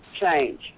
change